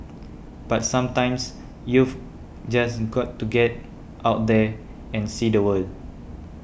but sometimes you've just got to get out there and see the world